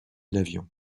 l’avion